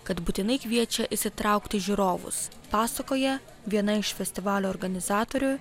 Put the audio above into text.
kad būtinai kviečia įsitraukti žiūrovus pasakoja viena iš festivalio organizatorių